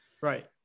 right